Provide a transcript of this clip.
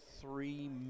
three